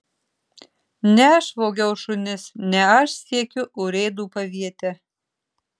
ne aš vogiau šunis ne aš siekiu urėdų paviete